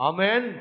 Amen